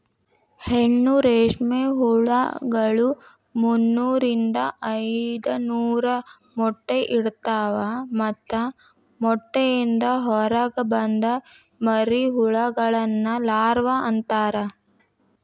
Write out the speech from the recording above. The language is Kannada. ಹೆಣ್ಣು ರೇಷ್ಮೆ ಹುಳಗಳು ಮುನ್ನೂರಿಂದ ಐದನೂರ ಮೊಟ್ಟೆ ಇಡ್ತವಾ ಮತ್ತ ಮೊಟ್ಟೆಯಿಂದ ಹೊರಗ ಬಂದ ಮರಿಹುಳಗಳನ್ನ ಲಾರ್ವ ಅಂತಾರ